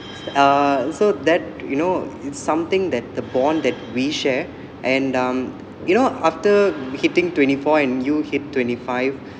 uh so that you know it's something that the bond that we share and um you know after hitting twenty four and you hit twenty five